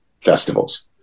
festivals